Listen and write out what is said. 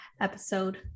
episode